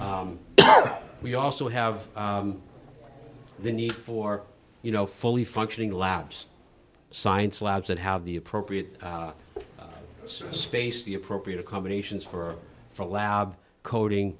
we also have the need for you know fully functioning labs science labs and have the appropriate space the appropriate accommodations for for lab coding